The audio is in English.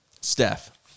Steph